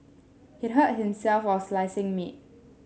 he hurt himself while slicing meat